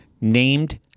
Named